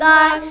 God